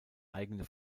eigene